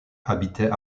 habitait